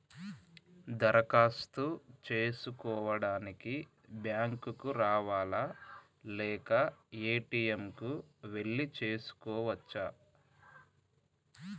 దరఖాస్తు చేసుకోవడానికి బ్యాంక్ కు రావాలా లేక ఏ.టి.ఎమ్ కు వెళ్లి చేసుకోవచ్చా?